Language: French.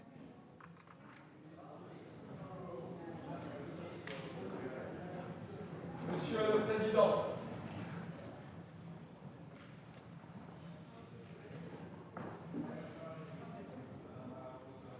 Monsieur le président,